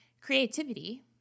creativity